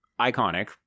iconic